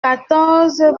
quatorze